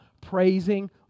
praising